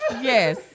Yes